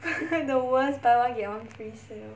the worst buy one get one free sale